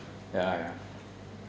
ya ya